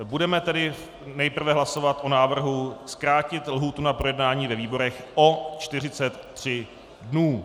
Budeme tedy nejprve hlasovat o návrhu zkrátit lhůtu na projednání ve výborech o 43 dnů.